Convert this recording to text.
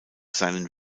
seinen